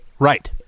Right